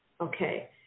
okay